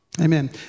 Amen